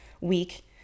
week